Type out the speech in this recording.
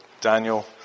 Daniel